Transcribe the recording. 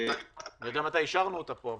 אני יודע מתי אישרנו אותה פה,